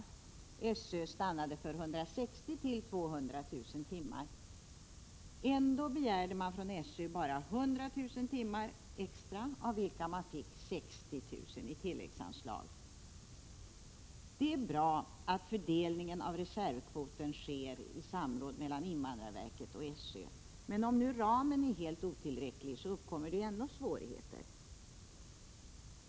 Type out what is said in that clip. SÖ:s bedömning stannade vid 160 000-200 000 timmar, men ändå begärde SÖ bara 100 000 timmar extra, av vilka man fick 60 000 genom tilläggsanslag. Det är bra att fördelningen av reservkvoten sker i samråd mellan invandrarverket och SÖ, men om ramen är helt otillräcklig uppkommer ändå svårigheter.